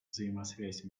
взаимосвязь